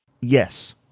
Yes